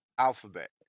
Alphabet